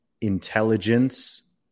intelligence